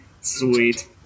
Sweet